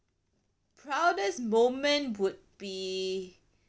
proudest moment would be